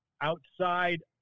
outside